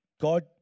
God